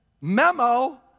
memo